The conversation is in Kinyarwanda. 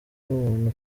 nk’umuntu